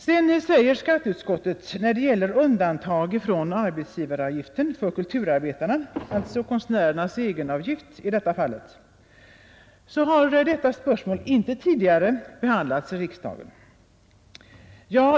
Sedan säger skatteutskottet när det gäller undantag från arbetsgivaravgiften för kulturarbetarna, alltså konstnärernas egenavgift i detta fall, att det spörsmålet inte tidigare behandlats av riksdagen.